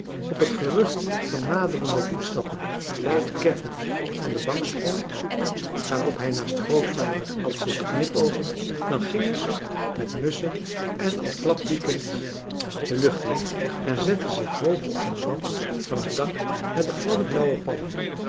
op het gerucht van naderende voetstappen luid keffend van de bank sprong waarop hij naast grootvader had zitten knipoogen dan gingen ze met musschen en al klapwiekend de lucht in en zetten zich hoog op den rand van het dak met de gladde blauwe pannen